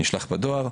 נשלח בדואר,